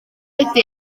ydy